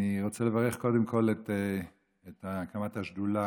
אני רוצה לברך קודם כול על הקמת השדולה